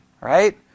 Right